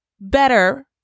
better